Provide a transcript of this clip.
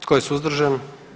Tko je suzdržan?